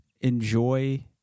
enjoy